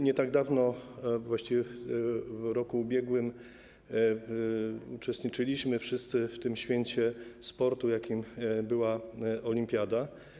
Nie tak dawno, właściwie w roku ubiegłym uczestniczyliśmy wszyscy w tym święcie sportu, jakim była olimpiada.